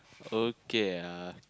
okay uh